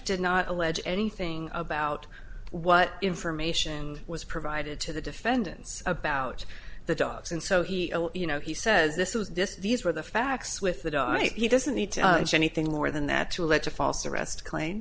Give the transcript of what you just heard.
did not allege anything about what information was provided to the defendants about the dogs and so he you know he says this was this these were the facts with the di he doesn't need to anything more than that to lead to false arrest claim